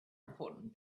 important